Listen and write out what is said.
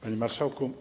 Panie Marszałku!